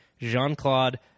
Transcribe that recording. Jean-Claude